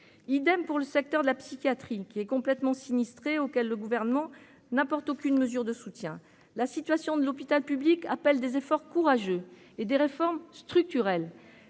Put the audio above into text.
idem pour le secteur de la psychiatrie, qui est complètement sinistrée, auquel le gouvernement n'apporte aucune mesure de soutien, la situation de l'hôpital public appelle des efforts courageux et des réformes structurelles,